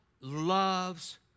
loves